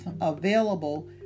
available